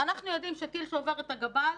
אנחנו יודעים שטיל שעובר את הגבול,